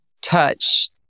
touch